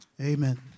Amen